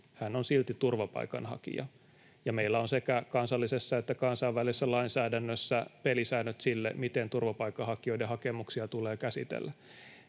hän on silti turvapaikanhakija, ja meillä on sekä kansallisessa että kansainvälisessä lainsäädännössä pelisäännöt sille, miten turvapaikanhakijoiden hakemuksia tulee käsitellä.